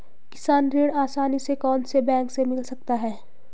किसान ऋण आसानी से कौनसे बैंक से मिल सकता है?